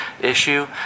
issue